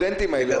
ראיות.